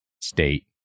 state